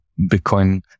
Bitcoin